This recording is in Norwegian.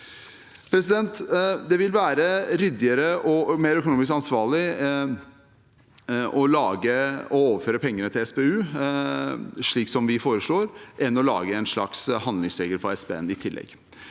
oljepenger. Det vil være ryddigere og mer økonomisk ansvarlig å overføre pengene til SPU, slik vi foreslår, enn å lage en slags handlingsregel for SPN i tillegg.